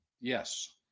Yes